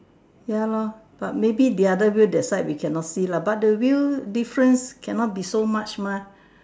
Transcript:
ya lor but maybe the other wheel that side we cannot see lah but the wheel difference cannot be so much mah